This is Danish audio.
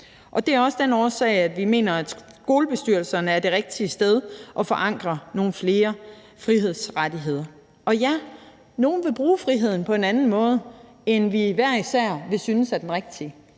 Og det er også af den årsag, at vi mener, at skolebestyrelserne er det rigtige sted at forankre flere frihedsrettigheder. Og ja, nogle vil bruge friheden på en anden måde end den, som vi hver især synes er den rigtige.